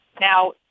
Now